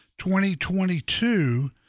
2022